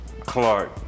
Clark